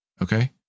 okay